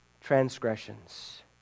transgressions